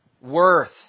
worth